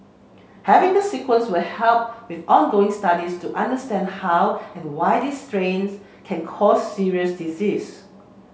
having the sequence will help with ongoing studies to understand how and why this strains can cause serious disease